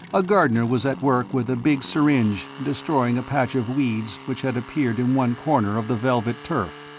a gardener was at work with a big syringe, destroying a patch of weeds which had appeared in one corner of the velvet turf.